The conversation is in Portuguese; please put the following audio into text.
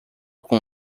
como